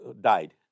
died